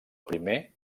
primer